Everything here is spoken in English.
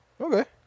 Okay